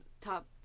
top